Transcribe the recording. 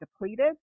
depleted